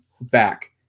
back